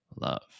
love